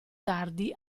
tardi